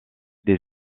des